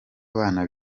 abana